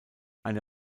eine